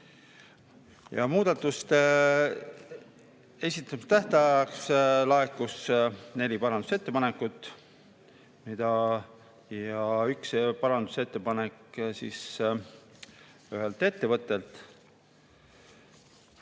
Muudatuste esitamise tähtajaks laekus neli parandusettepanekut ja üks parandusettepanek ühelt ettevõttelt.